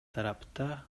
тарапта